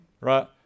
right